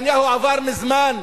נתניהו עבר מזמן,